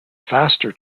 faster